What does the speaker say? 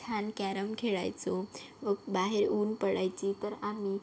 छान कॅरम खेळायचो व बाहेर ऊन पळायचे तर आम्ही